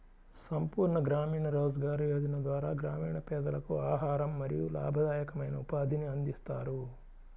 సంపూర్ణ గ్రామీణ రోజ్గార్ యోజన ద్వారా గ్రామీణ పేదలకు ఆహారం మరియు లాభదాయకమైన ఉపాధిని అందిస్తారు